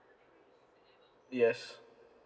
yes